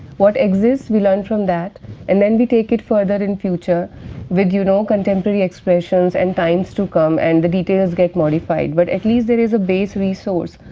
what exists we learn from that and then we take it further in future with you know contemporary expressions and times to come and the details get modified, but at least there is a base resource,